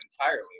entirely